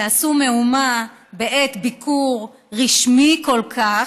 שעשו מהומה בעת ביקור רשמי כל כך.